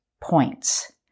points